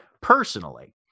personally